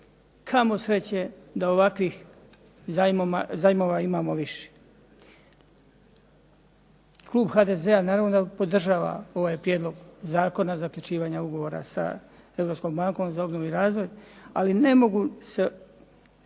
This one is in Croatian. Kamo sreće da ovakvih zajmova imamo više. Klub HDZ-a naravno da podržava ovaj prijedlog zakona zaključivanja ugovora za Europskom bankom za obnovu i razvoj, ali ne mogu ne